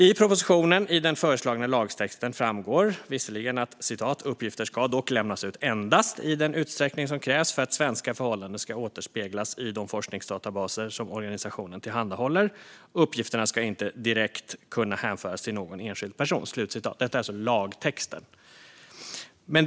I propositionen är den föreslagna lagtexten visserligen: "Uppgifter ska endast lämnas ut i den utsträckning som krävs för att svenska förhållanden ska återspeglas i de forskningsdatabaser som organisationen tillhandahåller. Uppgifterna ska inte direkt kunna hänföras till någon enskild person." Detta är alltså lagtexten.